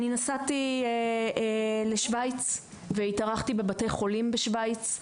אני נסעתי לשוויץ והתארחתי בבתי חולים בשוויץ,